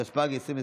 התשפ"ג 2023,